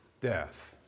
death